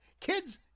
Kids